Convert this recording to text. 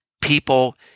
people